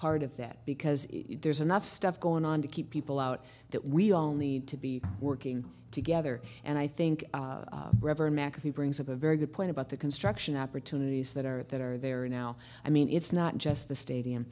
part of that because there's enough stuff going on to keep people out that we all need to be working together and i think reverend mcafee brings up a very good point about the construction opportunities that are that are there now i mean it's not just the stadium